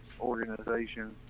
organization